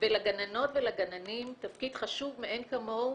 ולגננות ולגננים תפקיד חשוב מאין כמוהו